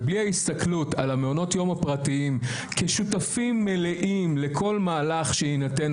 ובלי ההסתכלות על המעונות יום הפרטיים כשותפים מלאים לכל מהלך שיינתן,